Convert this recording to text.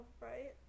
right